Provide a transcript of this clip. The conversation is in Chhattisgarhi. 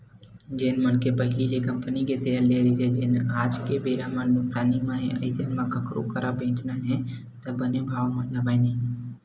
जेन मनखे पहिली ले कंपनी के सेयर लेए रहिथे जेनहा आज के बेरा म नुकसानी म हे अइसन म कखरो करा बेंचना हे त बने भाव म जावय नइ